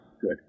Good